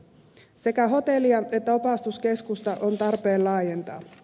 sekä hotellia että opastuskeskusta on tarpeen laajentaa